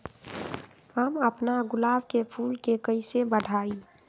हम अपना गुलाब के फूल के कईसे बढ़ाई?